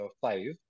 five